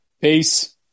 Peace